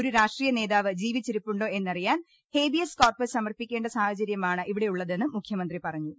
ഒരു രാഷ്ട്രീയ് നേതാവ് ജീവിച്ചിരിപ്പുണ്ടോ എന്നറിയാൻ ഹേബിയസ് കോർപ്പസ് സമർപ്പിക്കേണ്ട സാഹചര്യമാണ് ഇവിടെയുള്ളതെന്നും മുഖ്യമന്ത്രി പറഞ്ഞു